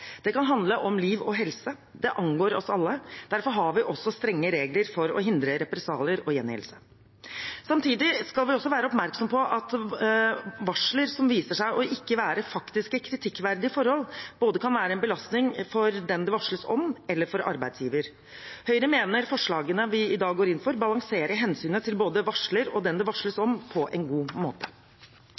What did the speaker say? Det kan handle om liv og helse, og det angår oss alle. Derfor har vi også strenge regler for å hindre represalier og gjengjeldelse. Samtidig skal vi også være oppmerksomme på at varsler som viser seg ikke å være faktiske kritikkverdige forhold, kan være en belastning både for den det varsles om, og for arbeidsgiver. Høyre mener forslagene vi i dag går inn for, på en god måte balanserer hensynet til både varsler og den det varsles om.